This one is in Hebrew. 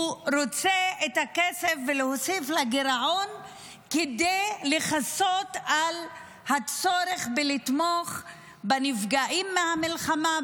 הוא רוצה להוסיף לגירעון כדי לכסות על הצורך בלתמוך בנפגעים מהמלחמה,